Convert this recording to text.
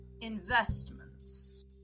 Investments